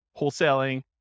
wholesaling